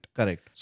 Correct